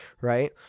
right